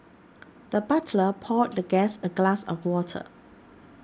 the butler poured the guest a glass of water